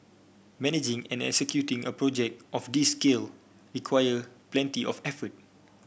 managing and executing a project of this scale required plenty of effort